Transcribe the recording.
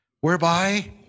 whereby